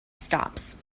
stops